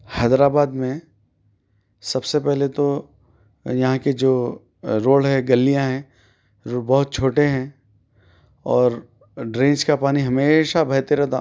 حیدر آباد میں سب سے پہلے تو یہاں کے جو روڈ ہیں گلیاں ہیں بہت چھوٹے ہیں اور ڈرینج کا پانی ہمیشہ بہتے رہتا